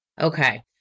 Okay